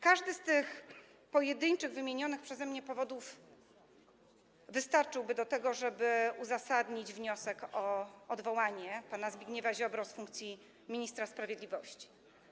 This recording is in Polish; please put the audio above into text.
Każdy z tych pojedynczych, wymienionych przeze mnie powodów wystarczyłby do tego, żeby uzasadnić wniosek o odwołanie pana Zbigniewa Ziobry z funkcji ministra sprawiedliwości.